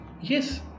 yes